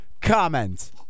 comment